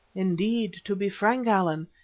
indeed, to be frank, allan,